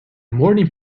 morning